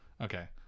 okay